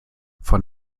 von